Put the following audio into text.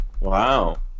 Wow